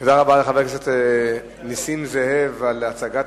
תודה רבה לחבר הכנסת נסים זאב על הצגת